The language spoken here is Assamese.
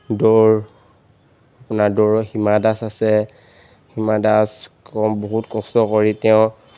দৌৰ আপোনাৰ দৌৰৰ সীমা দাস আছে সীমা দাস বহুত কষ্ট কৰি তেওঁ